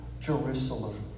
Jerusalem